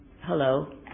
hello